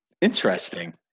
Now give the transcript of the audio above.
Interesting